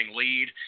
lead